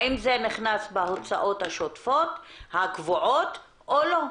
האם זה נכנס בהוצאות השוטפות הקבועות או לא?